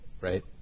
right